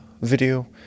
video